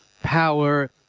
power